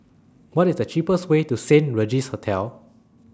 What IS The cheapest Way to Saint Regis Hotel